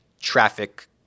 traffic